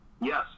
Yes